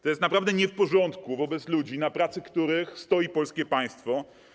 To jest naprawdę nie w porządku wobec ludzi, na których pracy stoi polskie państwo.